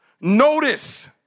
Notice